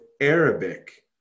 Arabic